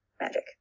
magic